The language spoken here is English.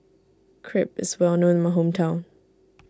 Crepe is well known in my hometown